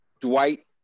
Dwight